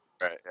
Right